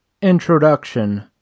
Introduction